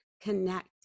connect